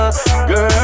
Girl